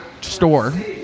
store